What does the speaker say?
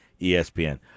ESPN